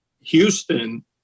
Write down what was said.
Houston